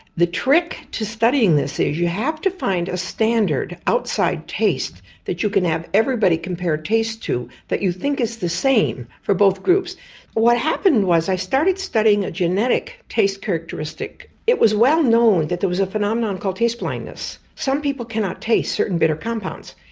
the trick to studying this is you have to find a standard outside taste that you can have everybody compare taste to that you think is the same for both groups. but what happened was i started studying a genetic taste characteristic. it was well known that there was a phenomenon called taste blindness. some people cannot taste certain bitter compounds,